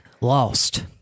Lost